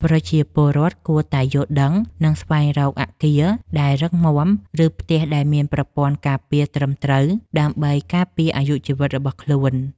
ប្រជាពលរដ្ឋគួរតែយល់ដឹង និងស្វែងរកអគារដែលរឹងមាំ ឬផ្ទះដែលមានប្រព័ន្ធការពារត្រឹមត្រូវដើម្បីការពារអាយុជីវិតរបស់ខ្លួន។